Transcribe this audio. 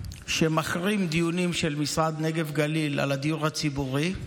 שמחרים דיונים של משרד הנגב והגליל על הדיור הציבורי,